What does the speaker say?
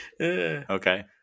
Okay